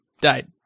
died